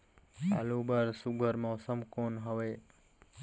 आलू बर सुघ्घर मौसम कौन हवे?